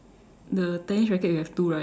the tennis racket you have two right